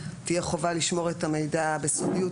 תהיה חובה לשמור את המידע בסודיות,